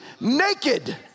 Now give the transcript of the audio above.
naked